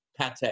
pate